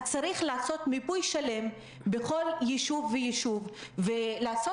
צריך לעשות מיפוי שלם בכל יישוב ויישוב ולראות